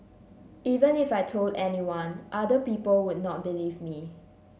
even if I told anyone other people would not believe me